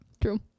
True